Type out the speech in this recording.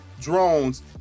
drones